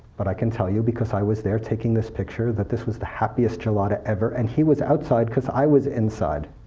but i can tell you, because i was there taking this picture, that this was the happiest gelada ever, and he was outside because, i was inside.